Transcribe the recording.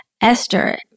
Esther